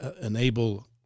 enable